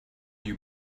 you